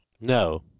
No